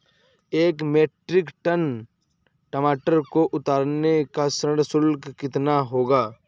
एक metric ton टमाटर को उतारने का श्रम शुल्क कितना होगा?